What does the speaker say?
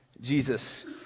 Jesus